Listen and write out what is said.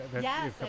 Yes